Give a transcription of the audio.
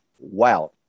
Wow